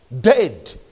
dead